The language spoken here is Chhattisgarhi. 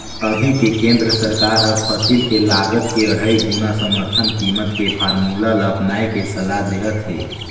अभी के केन्द्र सरकार हर फसिल के लागत के अढ़ाई गुना समरथन कीमत के फारमुला ल अपनाए के सलाह देहत हे